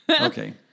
Okay